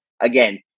Again